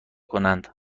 کنند